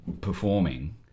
performing